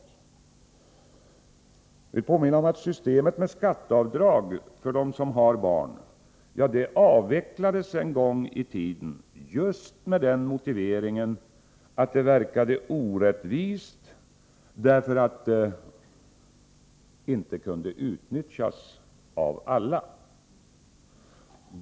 Jag vill påminna om att systemet med skatteavdrag för dem som har barn en gång i tiden avvecklades just med motiveringen att det verkade orättvist och inte kunde utnyttjas av alla.